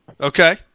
Okay